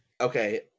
Okay